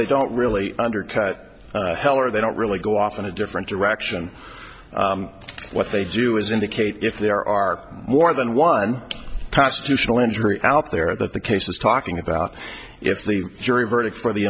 they don't really undercut heller they don't really go off in a different direction what they do is indicate if there are more than one constitutional injury out there that the case is talking about if the jury verdict for the